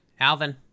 Alvin